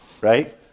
right